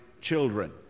children